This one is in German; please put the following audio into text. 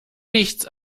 nichts